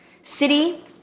City